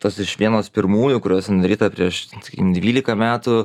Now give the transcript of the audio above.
tos iš vienos pirmųjų kurios ten daryta prieš sakykim dvyliką metų